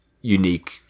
unique